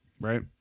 Right